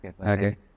Okay